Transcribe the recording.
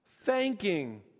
thanking